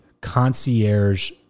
concierge